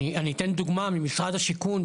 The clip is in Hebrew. אני אתן דוגמא ממשרד השיכון,